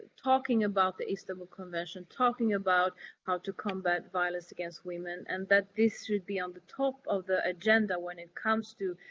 talking about the istanbul convention, talking about how to combat violence against women, and that this should be on the top of the agenda, when it comes to